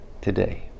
today